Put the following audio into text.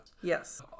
yes